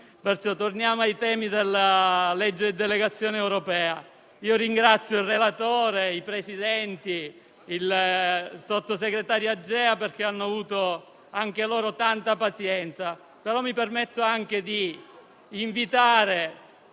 Torniamo ai temi della legge di delegazione europea. Ringrazio il relatore, i presidenti e il sottosegretario Agea perché hanno avuto anche loro tanta pazienza, però mi permetto di invitare